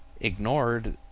ignored